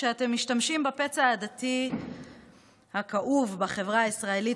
כשאתם משתמשים בפצע העדתי הכאוב בחברה הישראלית,